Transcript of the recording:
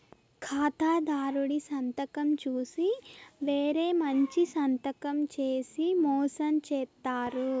ఖాతాదారుడి సంతకం చూసి వేరే మంచి సంతకం చేసి మోసం చేత్తారు